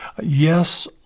Yes